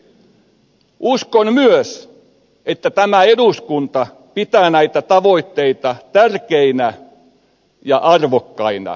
uskon myös että tämä eduskunta pitää näitä tavoitteita tärkeinä ja arvokkaina